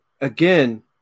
again